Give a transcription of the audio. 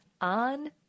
on